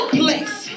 place